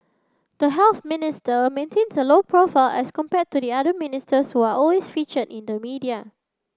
the Health Minister maintains a low profile as compared to the other ministers who are always featured in the media